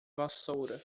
vassoura